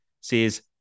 says